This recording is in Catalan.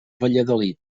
valladolid